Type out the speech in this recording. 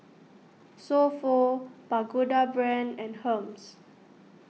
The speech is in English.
So Pho Pagoda Brand and Hermes